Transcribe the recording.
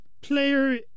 player